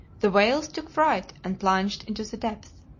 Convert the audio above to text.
the whales took fright and plunged into the depths,